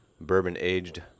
bourbon-aged